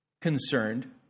concerned